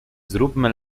zróbmy